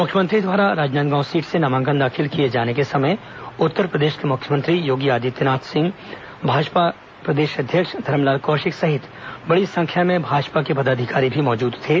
मुख्यमंत्री द्वारा राजनांदगांव सीट से नामांकन दाखिल किए जाने के समय उत्तरप्रदेश के मुख्यमंत्री योगी आदित्यनाथ सिंह भाजपा अध्यक्ष धरमलाल कौशिक सहित बड़ी संख्या में भाजपा के पदाधिकारी भी मौजूद थे